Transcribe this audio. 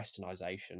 westernization